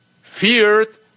feared